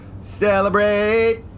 Celebrate